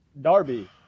Darby